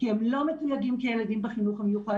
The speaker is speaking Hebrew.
כי הם לא מתויגים כילדים בחינוך המיוחד